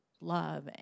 love